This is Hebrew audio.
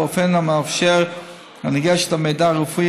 באופן המאפשר את הנגשת המידע הרפואי